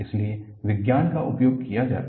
इसलिए विज्ञान का उपयोग किया जाता है